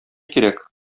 кирәк